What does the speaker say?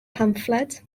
pamffled